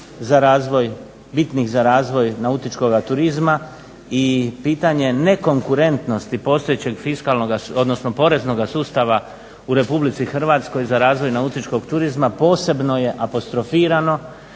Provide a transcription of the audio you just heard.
problema bitnih za razvoj nautičkoga turizma i pitanje nekonkurentnosti postojećeg fiskalnog, odnosno poreznoga sustava u RH za razvoj nautičkog turizma posebno je apostrofirano